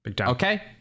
Okay